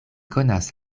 konas